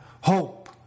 hope